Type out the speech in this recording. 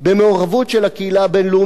במעורבות של הקהילה הבין-לאומית,